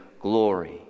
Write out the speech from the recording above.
glory